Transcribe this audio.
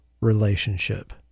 relationship